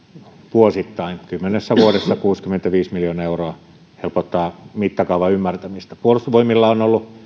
vuosittain kymmenessä vuodessa kuusikymmentäviisi miljoonaa euroa se helpottaa mittakaavan ymmärtämistä puolustusvoimilla on ollut jo